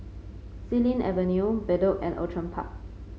Xilin Avenue Bedok and Outram Park